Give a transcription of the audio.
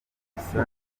gusaba